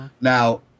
Now